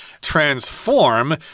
transform